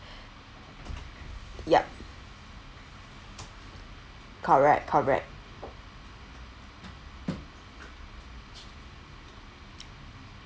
ya correct correct